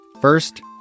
First